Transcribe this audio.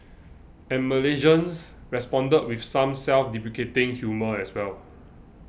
and Malaysians responded with some self deprecating humour as well